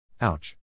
Ouch